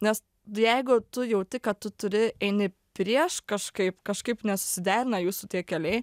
nes jeigu tu jauti kad tu turi eini prieš kažkaip kažkaip nesusiderina jūsų tie keliai